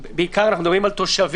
בעיקר אנחנו מדברים על תושבים,